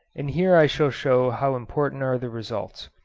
and here i shall show how important are the results.